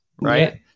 Right